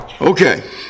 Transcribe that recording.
Okay